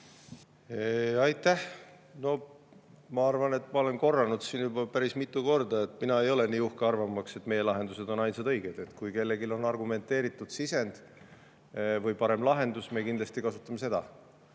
Aitäh! No ma arvan, et ma olen korranud siin juba päris mitu korda seda: mina ei ole nii uhke, arvamaks, et meie lahendused on ainsad õiged. Kui kellelgi on argumenteeritud sisend või parem lahendus, siis me kindlasti kasutame seda,